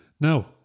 now